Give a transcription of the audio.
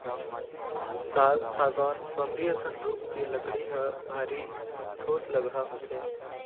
साल, सागौन, बमरी असन रूख के लकड़ी ह भारी ठोसलगहा होथे